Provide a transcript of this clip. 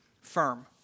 firm